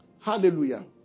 Hallelujah